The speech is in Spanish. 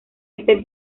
este